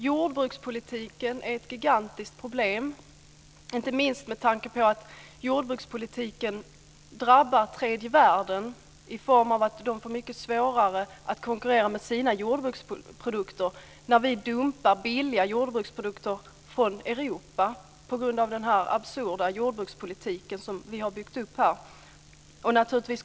Jordbrukspolitiken är ett gigantiskt problem, inte minst med tanke på att jordbrukspolitiken drabbar tredje världen i form av att de får mycket svårare att konkurrera med sina jordbruksprodukter när vi dumpar billiga jordbruksprodukter från Europa på grund av den absurda jordbrukspolitik som vi har byggt upp här.